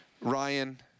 Ryan